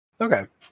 Okay